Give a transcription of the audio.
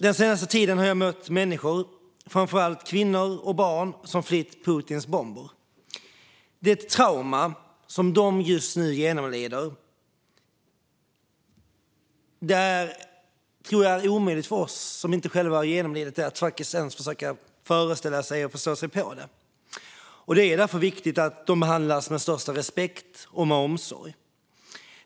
Den senaste tiden har jag mött människor, framför allt kvinnor och barn, som flytt Putins bomber. Det trauma som de just nu genomlider är omöjligt för oss som inte själva har genomlidit det att ens försöka föreställa sig och förstå sig på. Det är därför viktigt att de behandlas med största respekt och omsorg.